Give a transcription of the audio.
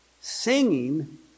singing